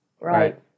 Right